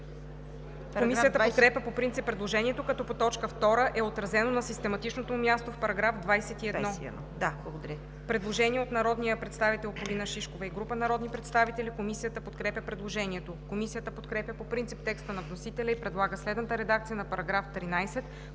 Комисията подкрепя по принцип предложението, като по т. 2 е отразено на систематичното му място в § 21. Предложение от народния представител Полина Шишкова и група народни представители. Комисията подкрепя предложението. Комисията подкрепя по принцип текста на вносителя и предлага следната редакция на § 13,